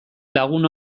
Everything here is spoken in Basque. lagun